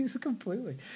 completely